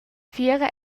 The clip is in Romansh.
fiera